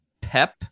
pep